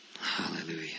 Hallelujah